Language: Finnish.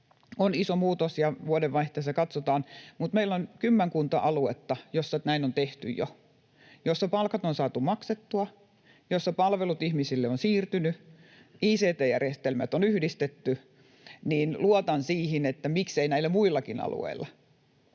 on iso muutos ja vuodenvaihteessa katsotaan, mutta meillä on kymmenkunta aluetta, joissa näin on tehty jo, joissa palkat on saatu maksettua, joissa palvelut ihmisille ovat siirtyneet, ict-järjestelmät on yhdistetty, ja luotan siihen, että miksei näillä muillakin alueilla.